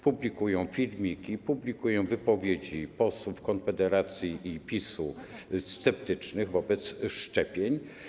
Publikują filmiki, publikują wypowiedzi posłów Konfederacji i PiS-u sceptycznych wobec szczepień.